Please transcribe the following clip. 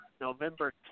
November